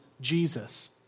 Jesus